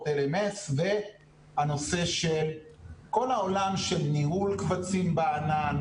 LMS והנושא של כל העולם של ניהול קבצים בענן,